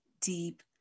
deep